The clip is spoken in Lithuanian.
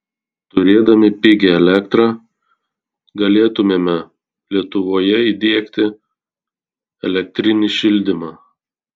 turėdami pigią elektrą galėtumėme lietuvoje įdiegti elektrinį šildymą